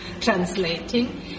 translating